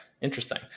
interesting